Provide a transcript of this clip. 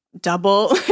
double